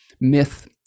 myth